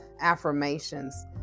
affirmations